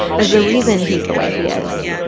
as the reason he's the way he is.